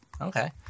Okay